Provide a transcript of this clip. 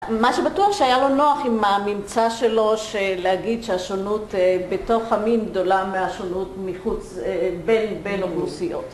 מה שבטוח שהיה לו נוח עם הממצא שלו שלהגיד שהשונות בתוך המין גדולה מהשונות מחוץ, בין אוכלוסיות.